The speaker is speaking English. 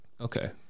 Okay